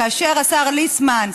כאשר השר ליצמן,